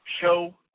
show